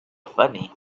funny